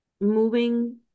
moving